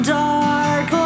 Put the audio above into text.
dark